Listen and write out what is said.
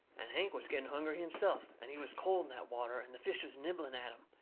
and hank was getting hungry himself. and he was cold in that water. and the fish was nibbling at him.